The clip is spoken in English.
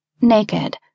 naked